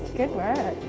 good work.